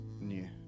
new